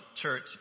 Church